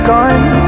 Gone